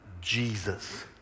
Jesus